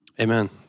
amen